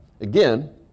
again